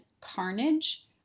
carnage